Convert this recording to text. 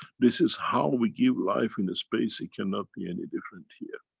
this is how we give life in space. it cannot be any different here.